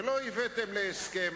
ולא הבאתם להסכם,